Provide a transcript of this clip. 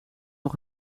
nog